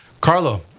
Carlo